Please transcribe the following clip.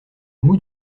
moue